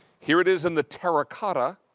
here it is in the terracotta,